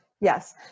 Yes